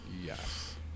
Yes